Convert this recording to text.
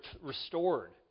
restored